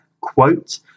quote